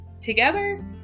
Together